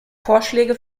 vorschläge